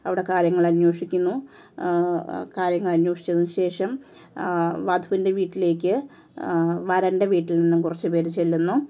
അവിടെ കാര്യങ്ങൾ അനേഷിക്കുന്നു കാര്യങ്ങൾ അനേഷിച്ചതിന് ശേഷം വധുവിൻ്റെ വീട്ടിലേക്ക് വരൻ്റെ വീട്ടിൽ നിന്ന് കുറച്ചു പേർ ചെല്ലുന്നു